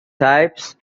types